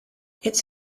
its